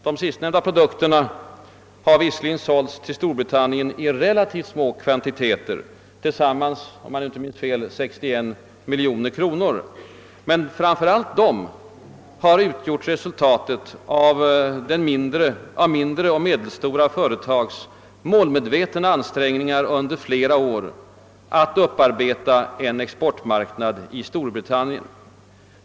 De sistnämnda produkterna har visserligen sålts till Storbritannien i relativt små kvantiteter — tillsammans om jag inte minns fel 61 miljoner kronor — men framför allt dessa försäljningar har utgjort resultatet av mindre och medelstora företags målmedvetna ansträngningar under flera år att upparbeta en exportmarknad i Storbritannien.